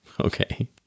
Okay